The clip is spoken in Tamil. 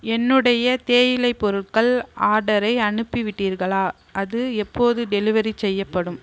என்னுடைய தேயிலை பொருட்கள் ஆர்டரை அனுப்பிவிட்டீர்களா அது எப்போது டெலிவரி செய்யப்படும்